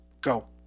Go